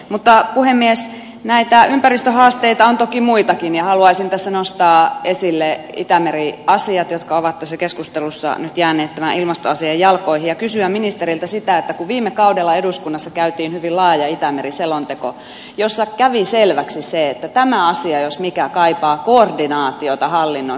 mutta puhemies näitä ympäristöhaasteita on toki muitakin ja haluaisin tässä nostaa esille itämeri asiat jotka ovat tässä keskustelussa nyt jääneet tämän ilmastoasian jalkoihin ja kysyä ministereiltä siitä kun viime kaudella eduskunnassa käytiin hyvin laaja itämeri selonteko jossa kävi selväksi se että tämä asia jos mikä kaipaa koordinaatiota hallinnon sisällä